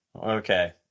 Okay